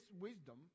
wisdom